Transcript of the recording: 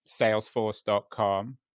Salesforce.com